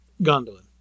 Gondolin